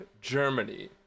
Germany